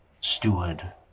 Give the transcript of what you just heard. steward